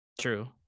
True